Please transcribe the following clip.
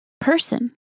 person